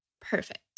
Perfect